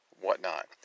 whatnot